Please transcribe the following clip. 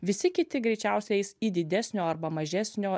visi kiti greičiausiai eis į didesnio arba mažesnio